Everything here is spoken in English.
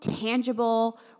tangible